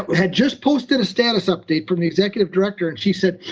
had just posted a status update from the executive director. and she said,